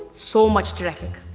so much traffic.